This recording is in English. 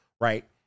right